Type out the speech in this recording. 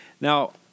Now